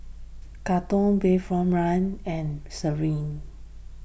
Katong Bayfront Link and Serene